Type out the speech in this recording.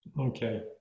Okay